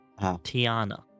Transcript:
tiana